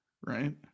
right